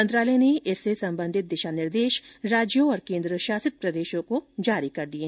मंत्रालय ने इससे संबंधित दिशा निर्देश राज्यों और केन्द्र शासित प्रदेशों को जारी कर दिए